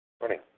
Morning